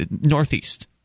Northeast